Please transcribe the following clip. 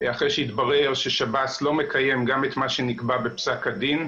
אחרי שהתברר ששב"ס לא מקיים גם את מה שנקבע בפסק הדין,